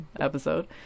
episode